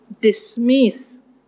dismiss